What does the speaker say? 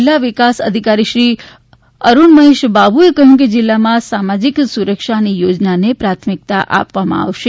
જિલ્લા વિકાસ અધિકારીશ્રી અરુણ મહેશ બાબુ એ કહ્યું કે જિલ્લામાં સામાજિક સુરક્ષાની યોજનાને પ્રાથમિકતા આપવામા આવશે